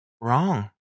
Wrong